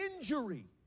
injury